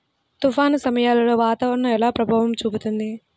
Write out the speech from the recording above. తుఫాను సమయాలలో వాతావరణం ఎలా ప్రభావం చూపుతుంది?